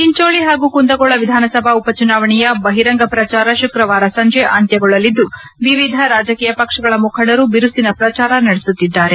ಚಿಂಚೋಳಿ ಹಾಗೂ ಕುಂದಗೋಳ ವಿಧಾನಸಭಾ ಉಪಚುನಾವಣೆಯ ಬಹಿರಂಗ ಪ್ರಚಾರ ಶುಕ್ರವಾರ ಸಂಜೆ ಅಂತ್ಯಗೊಳ್ಳಲಿದ್ದುವಿವಿಧ ರಾಜಕೀಯ ಪಕ್ಷಗಳ ಮುಖಂಡರು ಬಿರುಸಿನ ಪ್ರಚಾರ ನಡೆಸುತ್ತಿದ್ದಾರೆ